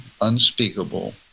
unspeakable